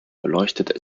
beleuchtet